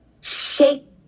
Shake